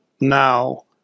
now